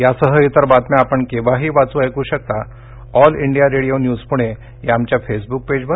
यासह इतर बातम्या आपण केव्हाही वाचू ऐकू शकता all India radio news Pune या आमच्या फेसबुक पेजवर